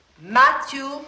Matthew